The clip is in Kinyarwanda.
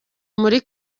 muri